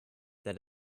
that